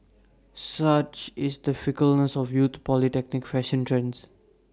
such is the fickleness of youthful polytechnic fashion trends